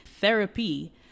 Therapy